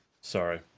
Sorry